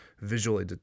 visually